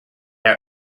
out